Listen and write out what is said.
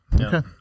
Okay